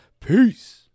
peace